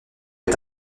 est